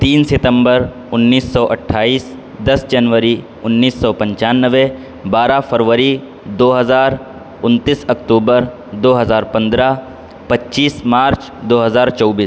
تین ستمبر انیس سو اٹھائیس دس جنوری انیس سو پچانوے بارہ فروری دو ہزار انتیس اکتوبر دو ہزار پندرہ پچیس مارچ دو ہزار چوبیس